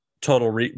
Total